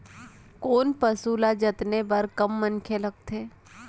कोन पसु ल जतने बर कम मनखे लागथे?